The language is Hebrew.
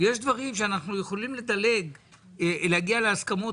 ויש דברים שאנחנו יכולים להגיע להסכמות,